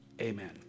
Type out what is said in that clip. Amen